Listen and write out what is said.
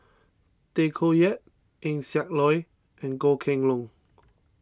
Tay Koh Yat Eng Siak Loy and Goh Kheng Long